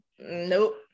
Nope